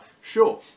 Sure